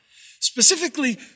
Specifically